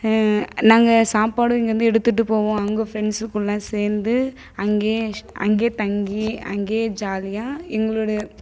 நாங்கள் சாப்பாடும் இங்கேயிருந்து எடுத்துகிட்டுப் போவோம் அங்கே ஃபிரண்ட்ஸ் ஃபுல்லாக சேர்ந்து அங்கேஸ் அங்கேயே தங்கி அங்கேயே ஜாலியாக எங்களுடைய